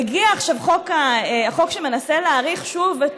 מגיע עכשיו חוק שמנסה להאריך שוב את